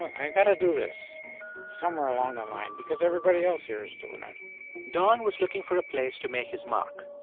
i got to do this somewhere along the line because everybody else here is doing it don was looking for a place to make his mark.